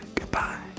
Goodbye